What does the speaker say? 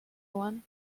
one